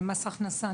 מס הכנסה.